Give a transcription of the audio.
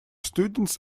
students